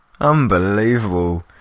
Unbelievable